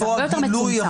זה הרבה יותר מצומצם.